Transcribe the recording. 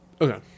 Okay